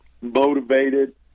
motivated